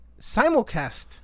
simulcast